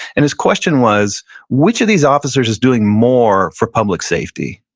and his question was which of these officers is doing more for public safety?